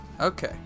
okay